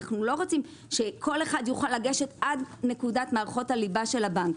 אנחנו לא רוצים שכל אחד יוכל לגשת עד נקודת מערכות הליבה של הבנק.